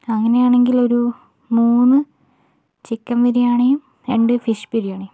അങ്ങനെയാണെങ്കിലൊരു മൂന്ന് ചിക്കൻ ബിരിയാണിയും രണ്ട് ഫിഷ് ബിരിയാണിയും